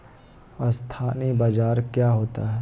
अस्थानी बाजार क्या होता है?